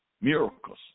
miracles